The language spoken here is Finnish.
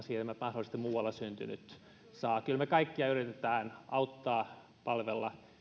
siihen mitä mahdollisesti muualla syntynyt saa kyllä me kaikkia yritämme auttaa palvella